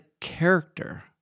character